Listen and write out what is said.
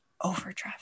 overdraft